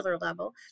level